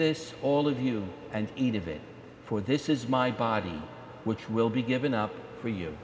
this all of you and eat of it for this is my body which will be given up for you